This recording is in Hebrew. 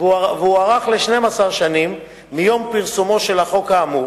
ותוקפו הוארך ל-12 שנים מיום פרסומו של החוק האמור.